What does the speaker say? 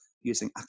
using